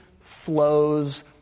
flows